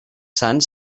sants